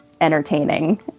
entertaining